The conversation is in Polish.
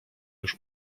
już